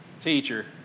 teacher